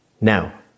Now